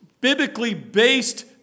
biblically-based